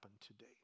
today